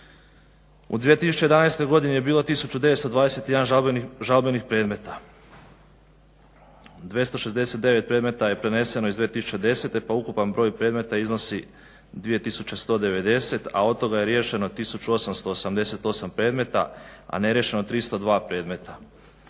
U 2011. godini je bilo 1921 žalbenih predmeta. 269 predmeta je preneseno iz 2010. pa ukupan broj predmeta iznosi 2190, a od toga je riješeno 1888 predmeta, a neriješeno 302 predmeta.